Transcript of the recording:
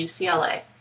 UCLA